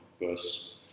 verse